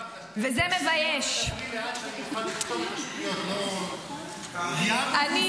וזה מבייש --- מירב --- דברי לאט,